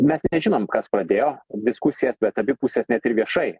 mes nežinom kas pradėjo diskusijas bet abi pusės net ir viešai